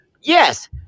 Yes